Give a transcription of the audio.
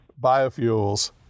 biofuels